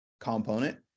component